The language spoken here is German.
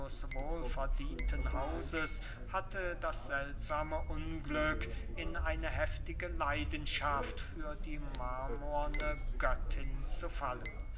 verdienten hauses hatte das seltsame unglück in eine heftige leidenschaft für die marmorne göttin zu fallen